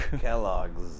Kellogg's